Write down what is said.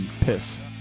piss